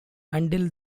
until